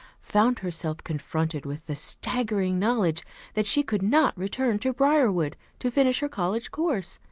found herself confronted with the staggering knowledge that she could not return to briarwood to finish her college course,